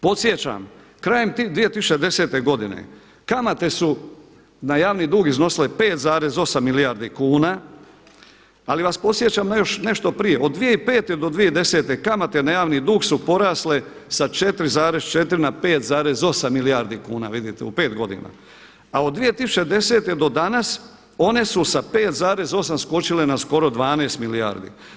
Podsjećam krajem 2010. godine kamate su na javni dug iznosile 5,8 milijardi kuna ali vas podsjećam na još nešto prije od 2005. do 2010. kamate na javni dug su porasle sa 4,4 na 5,8 milijardi kuna, vidite u 5 godina, a do 2010. do danas one su sa 5,8 skočile na skoro 12 milijardi.